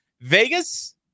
Vegas